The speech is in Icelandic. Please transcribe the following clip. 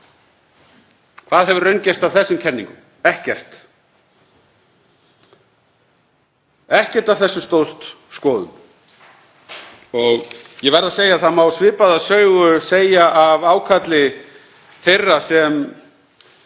Hvað hefur raungerst af þessum kenningum? Ekkert. Ekkert af þessu stóðst skoðun. Ég verð að segja að það má svipaða sögu segja af ákalli þeirra sem